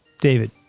David